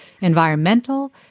environmental